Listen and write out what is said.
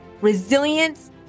resilience